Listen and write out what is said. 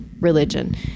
religion